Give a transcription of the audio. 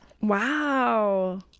wow